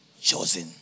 Chosen